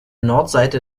nordseite